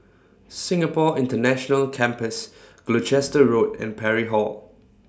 Singapore International Campus Gloucester Road and Parry Hall